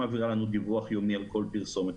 שמעבירה לנו דיווח יומי על כל פרסומת,